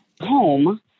home